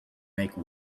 make